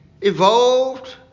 evolved